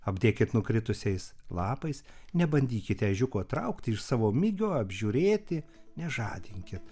apdėkit nukritusiais lapais nebandykite ežiuko traukti iš savo migio apžiūrėti nežadinkit